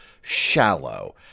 shallow